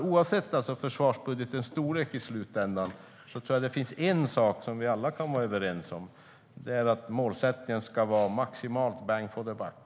Oavsett försvarsbudgetens storlek i slutändan tror jag det finns en sak vi alla kan vara överens om: Målsättningen ska vara maximal bang for the buck.